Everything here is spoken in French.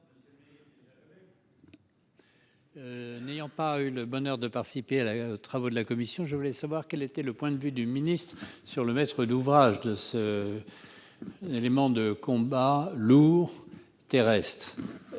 N'ayant pas eu le bonheur de participer à la. Travaux de la commission. Je voulais savoir quel était le point de vue du ministre sur le maître d'ouvrage de ce. Éléments de combat lourds terrestre.